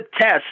test